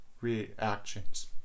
reactions